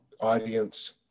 audience